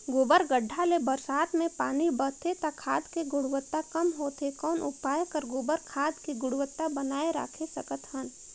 गोबर गढ्ढा ले बरसात मे पानी बहथे त खाद के गुणवत्ता कम होथे कौन उपाय कर गोबर खाद के गुणवत्ता बनाय राखे सकत हन?